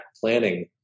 planning